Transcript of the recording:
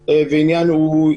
גור,